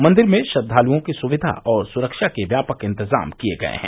मंदिर में श्रद्वाल्ओं की सुविधा और सुरक्षा के व्यापक इंतजाम किए गए हैं